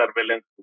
surveillance